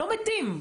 לא מתים.